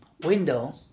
window